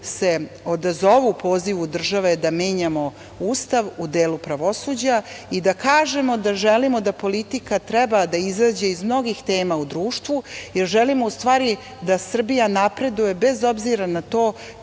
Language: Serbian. odazovu pozivu države da menjamo Ustav u delu pravosuđa i da kažemo da želimo da politika treba da izađe iz mnogih tema u društvu, jer želimo u stvari da Srbija napreduje, bez obzira na to